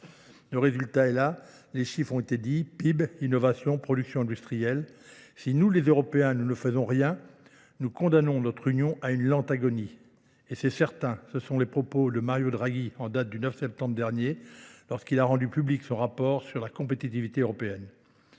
Le résultat est là. Les chiffres ont été dits PIB, innovation, production industrielle. Si nous les Européens ne faisons rien, nous condamnons notre union à une lente agonie. Et c'est certain, ce sont les propos de Mario Draghi en date du 9 septembre dernier lorsqu'il a rendu public son rapport sur la compétitivité européenne.